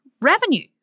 revenue